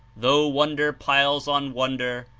though wonder piles on wonder,